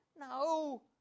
No